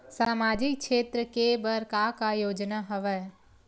सामाजिक क्षेत्र के बर का का योजना हवय?